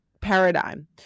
paradigm